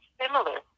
similar